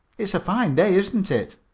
it's a fine day, isn't it?